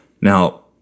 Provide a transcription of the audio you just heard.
Now